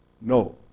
no